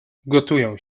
gotują